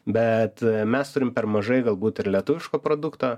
bet mes turim per mažai galbūt ir lietuviško produkto